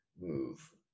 move